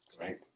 Right